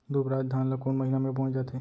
दुबराज धान ला कोन महीना में बोये जाथे?